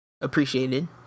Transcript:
Appreciated